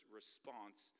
response